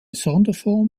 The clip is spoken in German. sonderform